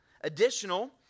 Additional